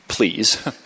Please